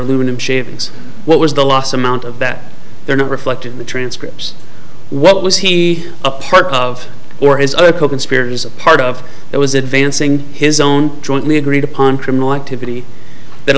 aluminum shavings what was the last amount of that they're not reflected in the transcripts what was he a part of or his other coconspirators a part of it was advancing his own jointly agreed upon criminal activity that